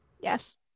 Yes